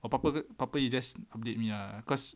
kalau apa-apa ke apa-apa you just update me ah cause